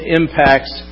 impacts